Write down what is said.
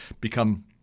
become